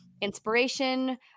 inspiration